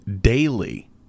daily